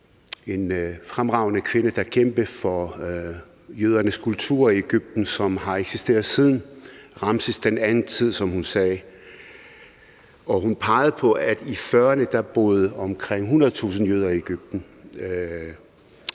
en fremragende kvinde, der kæmpede for jødernes kultur i Egypten, som har eksisteret siden Ramses II's tid, som hun sagde. Hun pegede på, at der i 1940'erne boede omkring 100.000 jøder i Egypten.